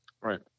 Right